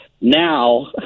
now